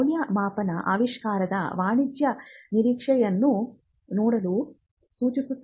ಮೌಲ್ಯಮಾಪನವು ಆವಿಷ್ಕಾರದ ವಾಣಿಜ್ಯ ನಿರೀಕ್ಷೆಯನ್ನು ನೋಡಲು ಸೂಚಿಸುತ್ತದೆ